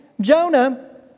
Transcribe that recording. Jonah